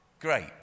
Great